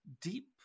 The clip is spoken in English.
deep